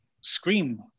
Scream